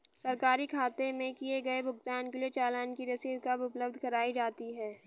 सरकारी खाते में किए गए भुगतान के लिए चालान की रसीद कब उपलब्ध कराईं जाती हैं?